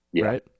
right